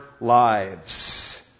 lives